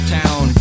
town